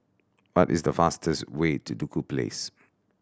what is the fastest way to Duku Place